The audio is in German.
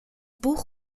buch